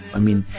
i mean,